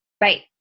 right